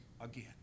again